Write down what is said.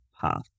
path